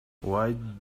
why